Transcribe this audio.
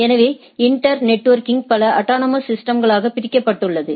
எனவே internetworking பல autonomous சிஸ்டம்களாக பிரிக்கப்பட்டுள்ளது